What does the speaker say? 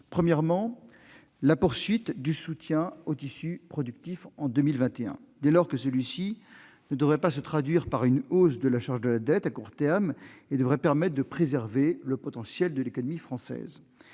Premièrement, la poursuite du soutien au tissu productif en 2021, dès lors que celui-ci ne devrait pas se traduire par une hausse de la charge de la dette à court terme et permettrait de préserver le potentiel de l'économie française.